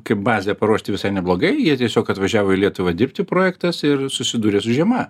kaip bazė paruošti visai neblogai jie tiesiog atvažiavo į lietuvą dirbti projektuose ir susidūrė su žiema